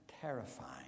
terrifying